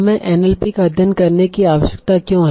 हमें एनएलपी का अध्ययन करने की आवश्यकता क्यों है